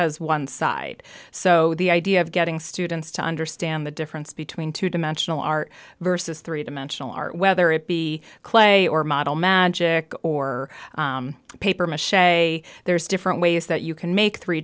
has one side so the idea of getting students to understand the difference between two dimensional art versus three dimensional art whether it be clay or model magic or paper mach there's different ways that you can make three